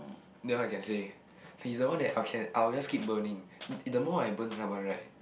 that one I can say he's the one that I can I will just keep burning the more I burn someone right